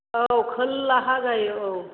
औ खोलाहा जायो औ